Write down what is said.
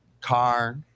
car